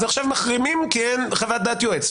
אז עכשיו מחרימים כי אין חוות דעת יועץ.